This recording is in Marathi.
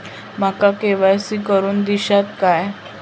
माका के.वाय.सी करून दिश्यात काय?